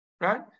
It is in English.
right